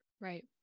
Right